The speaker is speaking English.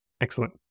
Excellent